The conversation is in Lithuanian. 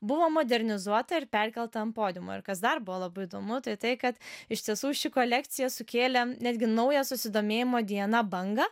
buvo modernizuota ir perkelta ant podiumo ir kas dar buvo labai įdomu tai tai kad iš tiesų ši kolekcija sukėlė netgi naują susidomėjimo diana bangą